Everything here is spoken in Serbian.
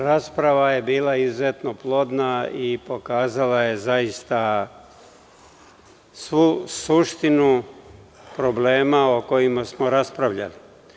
Rasprava je bila izuzetno plodna i pokazala je zaista svu suštinu problema o kojima smo raspravljali.